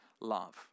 love